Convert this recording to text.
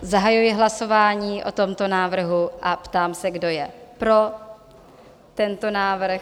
Zahajuji hlasování o tomto návrhu a ptám se, kdo je pro tento návrh.